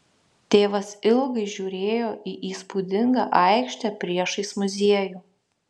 tėvas ilgai žiūrėjo į įspūdingą aikštę priešais muziejų